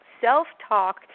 Self-talk